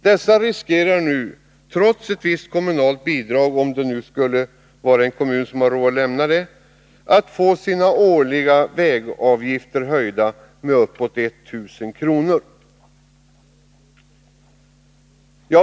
De riskerar nu, trots ett visst kommunalt bidrag — om det finns någon kommun som har råd att lämna ett sådant — att få sina årliga vägavgifter höjda med uppåt 1 000 kr.